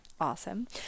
awesome